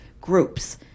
groups